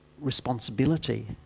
responsibility